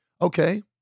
Okay